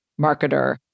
marketer